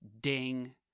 Ding